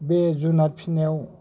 बे जुनात फिनायाव